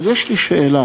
אבל יש לי שאלה,